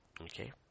okay